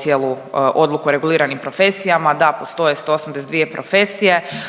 cijelu odluku o reguliranim profesijama. Da, postoje 182 profesije,